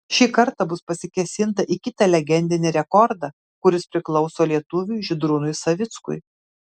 šį kartą bus pasikėsinta į kitą legendinį rekordą kuris priklauso lietuviui žydrūnui savickui